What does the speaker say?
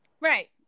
Right